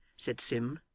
said sim,